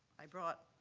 i brought